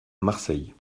marseille